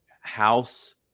house